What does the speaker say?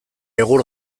egur